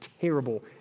terrible